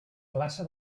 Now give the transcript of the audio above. glaça